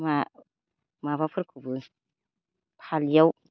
मा माबाफोरखौबो फालियाव